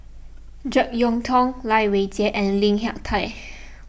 Jek Yeun Thong Lai Weijie and Lim Hak Tai